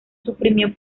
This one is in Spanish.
suprimió